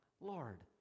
Lord